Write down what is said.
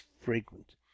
frequent